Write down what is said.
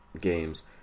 games